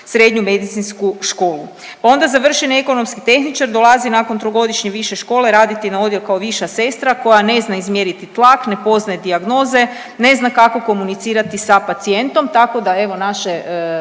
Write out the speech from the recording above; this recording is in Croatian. srednju medicinsku školu, pa onda završeni ekonomski tehničar dolazi nakon trogodišnje više škole raditi na odjel kao viša sestra koja ne zna izmjeriti tlak, ne poznaje dijagnoze, ne zna kako komunicirati sa pacijentom, tako da evo naši